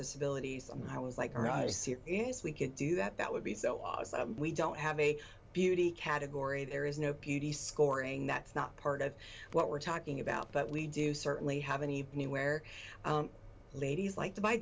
disabilities and i was like yes we could do that that would be so awesome we don't have a beauty category there is no beauty scoring that's not part of what we're talking about but we do certainly have any anywhere ladies like to buy